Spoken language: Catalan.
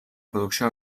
producció